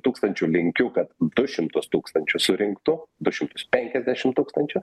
tūkstančių linkiu kad du šimtus tūkstančių surinktų du šimtus penkiasdešimt tūkstančių